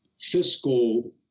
fiscal